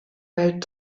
welt